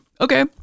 Okay